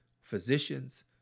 physicians